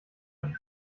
die